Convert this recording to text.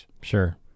Sure